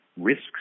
risks